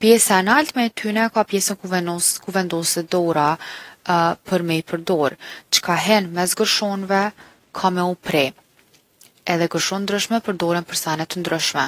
Pjesa e naltme e tyne e ka pjesën ku venos- vendoset dora për me i përdor. çka hin mes gërshonve ka me u pre edhe gërshon t’ndryshme përdoren për sene t’ndryshme.